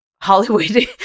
hollywood